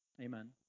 Amen